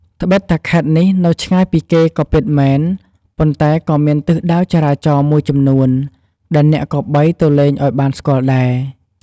ត្បិតថាខេត្តនេះនៅឆ្ងាយពីគេក៏ពិតមែន ប៉ុន្តែក៏មានទិសដៅចរាចរណ៍មួយចំនួនដែលអ្នកគប្បីទៅលេងឱ្យបានស្គាល់ដែរ។